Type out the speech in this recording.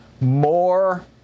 more